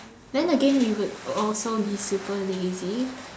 then again we would also be super lazy